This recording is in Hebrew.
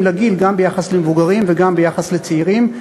לגיל גם ביחס למבוגרים וגם ביחס לצעירים,